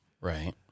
Right